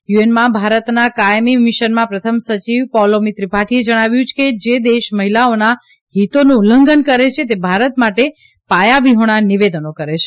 યુએનમાં ભારતનાં કાયમી મિશનમાં પ્રથમ સચિવ પૌલોમી ત્રિપાઠીએ જણાવ્યું કે જે દેશ મહિલાઓના હિતોનું ઉલ્લંઘન કરે છે તે ભારત માટે પાયાવિહોણા નિવેદનો કરે છે